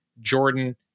Jordan